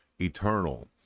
eternal